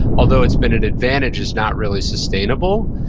although it's been an advantage is not really sustainable,